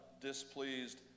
displeased